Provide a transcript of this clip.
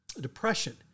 depression